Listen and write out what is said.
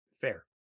Fair